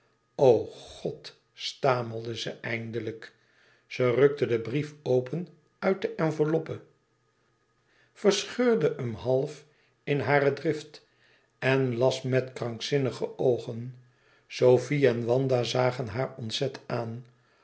god stamelde zei eindelijk zij rukte den brief open uit de enveloppe verscheurde hem half in hare drift en las met krankzinnige oogen sofie en wanda zagen haar ontzet aan